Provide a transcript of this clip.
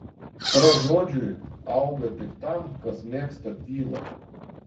aistra žodžiui auga tik tam kas mėgsta tylą